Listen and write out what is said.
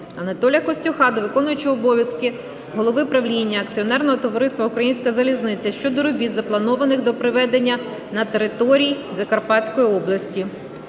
Анатолія Костюха до виконуючого обов'язки голови правління Акціонерного товариства "Українська залізниця" щодо робіт, запланованих до проведення на території Закарпатської області.